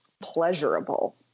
pleasurable